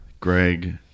Greg